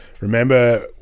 remember